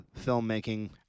filmmaking